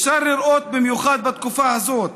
אפשר לראות זאת במיוחד בתקופה הזאת,